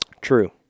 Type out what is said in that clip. True